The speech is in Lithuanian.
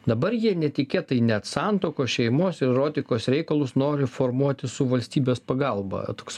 dabar jie netikėtai net santuokos šeimos ir erotikos reikalus nori formuoti su valstybės pagalba toks